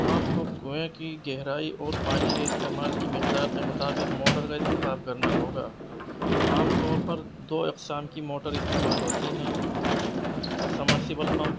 آپ کو کنوئیں کی گہرائی اور پانی کے استعمال کی مقدار کے مطابق موٹر کا انتخاب کرنا ہوگا عام طور پر دو اقسام کی موٹر استعمال ہوتی ہیں سمرسیبل پمپ